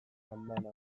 andana